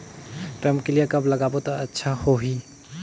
रमकेलिया कब लगाबो ता अच्छा होही?